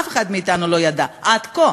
אף אחד מאתנו לא ידע עד כה.